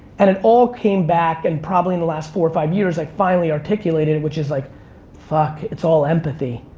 and it all came back, and probably in the last four or five years, i finally articulated, which is like fuck, it's all empathy.